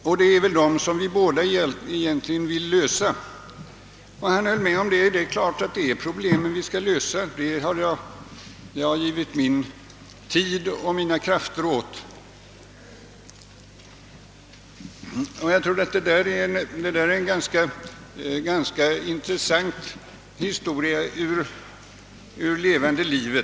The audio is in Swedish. Och det är väl egentligen det som vi båda vill — vi vill lösa dessa problem.» Han höll med om detta och förklarade, att just åt den saken hade han ägnat sin tid och sina krafter. Jag tycker att detta är en ganska intressant historia ur levande livet.